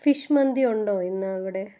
fish മന്തിയുണ്ടോ ഇന്നവിടെ